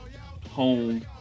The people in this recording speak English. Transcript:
Home